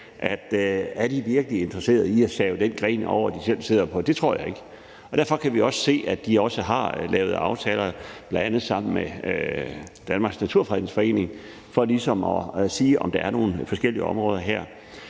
om de virkelig er interesseret i at save den gren over, de selv sidder på. Og det tror jeg ikke de er. Derfor kan vi også se, at de også har lavet aftaler, bl.a. sammen med Danmarks Naturfredningsforening, for ligesom at se på de forskellige områder her.